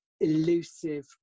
elusive